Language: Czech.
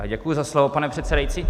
Děkuji za slovo, pane předsedající.